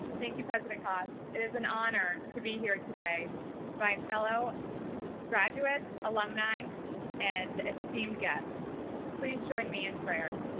thank you president cost it is an honor to be here today with my fellow graduates alumni and esteemed guests please join me in prayer